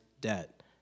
debt